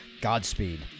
Godspeed